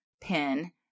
pin